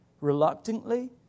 reluctantly